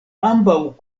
ambaŭ